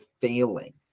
failing